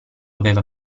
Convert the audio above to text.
aveva